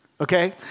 Okay